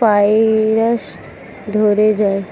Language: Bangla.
ভাইরাস ধরে যায়?